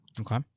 Okay